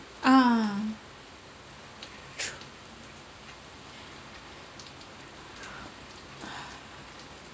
ah true